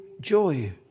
joy